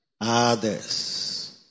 Others